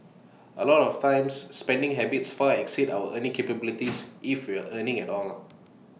A lot of times spending habits far exceeds our earning capabilities if we're earning at all